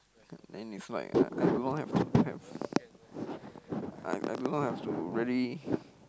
then it's like I do not have to have I I do not have to really